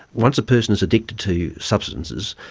once a person is addicted to substances,